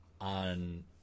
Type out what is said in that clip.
on